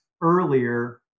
earlier